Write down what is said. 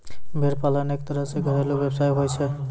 भेड़ पालन एक तरह सॅ घरेलू व्यवसाय होय छै